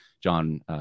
John